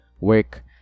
work